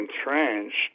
entrenched